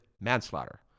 manslaughter